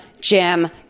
Jim